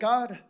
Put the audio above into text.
God